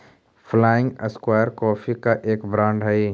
flying squirrel coffee का एक brand हई